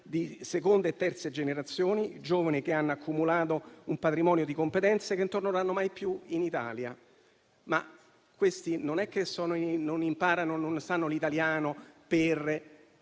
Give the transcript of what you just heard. di seconde e terze generazioni, giovani che hanno accumulato un patrimonio di competenze e che non torneranno mai più in Italia. Questi giovani non è che non imparano e non conoscono l'italiano per